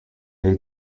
ate